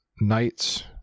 knights